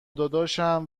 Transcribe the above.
داداشم